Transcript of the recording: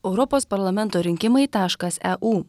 europos parlamento rinkimai taškas e u